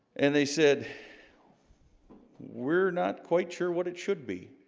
and they said we're not quite sure what it should be,